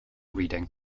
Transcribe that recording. reading